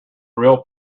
real